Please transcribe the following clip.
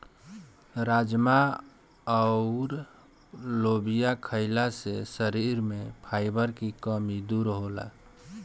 राजमा अउर लोबिया खईला से शरीर में फाइबर के कमी दूर होला